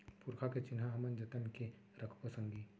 पुरखा के चिन्हा हमन जतन के रखबो संगी